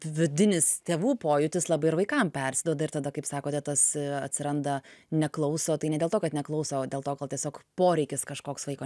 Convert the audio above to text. vidinis tėvų pojūtis labai ir vaikam persiduoda ir tada kaip sakote tas atsiranda neklauso tai ne dėl to kad neklauso o dėl to kol tiesiog poreikis kažkoks vaiko